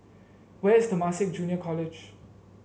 where is Temasek Junior College